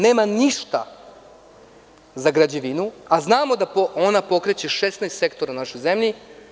Nema ništa za građevinu, a znamo da ona pokreće 16 sektora u našoj zemlji.